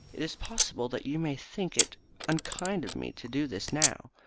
it is possible that you may think it unkind of me to do this now,